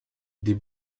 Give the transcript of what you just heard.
des